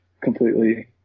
completely